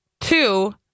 two